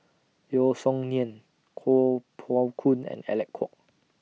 Yeo Song Nian Kuo Pao Kun and Alec Kuok